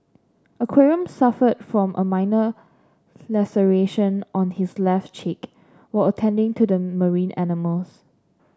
aquarium suffered from a minor laceration on his left cheek while attending to the marine animals